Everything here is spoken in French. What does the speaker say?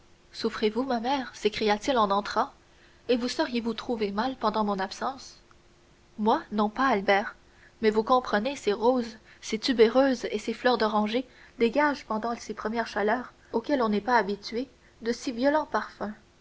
souffrez-vous ma mère s'écria-t-il en entrant et vous seriez-vous trouvée mal pendant mon absence moi non pas albert mais vous comprenez ces roses ces tubéreuses et ces fleurs d'oranger dégagent pendant ces premières chaleurs auxquelles on n'est pas habitué de si violents parfums